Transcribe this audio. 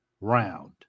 round